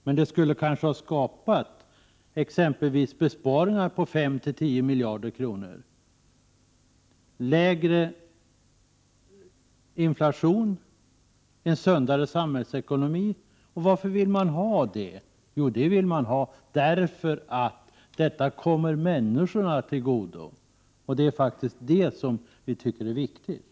Men det skulle kanske ha skapats exempelvis besparingar på fem-tio miljarder kronor, lägre inflation och en sundare samhällsekonomi. Och varför vill man ha det? Jo, det vill man ha därför att detta kommer människorna till godo, och det är faktiskt det som vi tycker är viktigt.